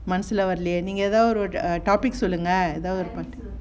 மனசுல வரலையே நீங்க எதாவது ஒரு:manasula varalaye neenga yethavathu oru err topic சொல்லுங்க:sollunga